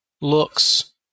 looks